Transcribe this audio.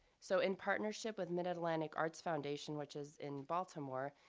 so in partnership with mid atlantic arts foundation, which is in baltimore,